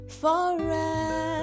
forever